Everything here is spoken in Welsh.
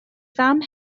fam